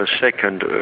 second